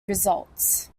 results